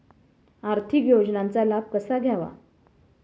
आर्थिक योजनांचा लाभ कसा घ्यावा?